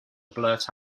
blurt